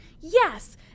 Yes